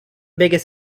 biggest